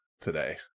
today